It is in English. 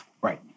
Right